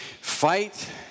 fight